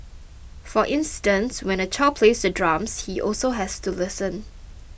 for instance when a child plays the drums he also has to listen